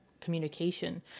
communication